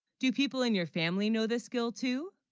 do people in your family know, this girl too